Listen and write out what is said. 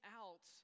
out